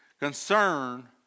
concern